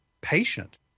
patient